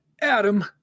Adam